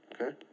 Okay